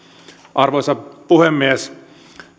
arvoisa puhemies